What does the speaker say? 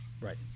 Right